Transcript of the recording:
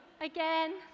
again